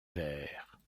vers